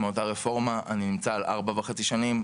מאז אותה רפורמה אני נמצא על 4 וחצי שנים.